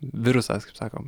virusas kaip sakom